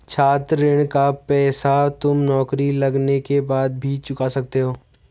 छात्र ऋण का पैसा तुम नौकरी लगने के बाद भी चुका सकते हो